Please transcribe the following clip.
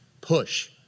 push